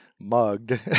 mugged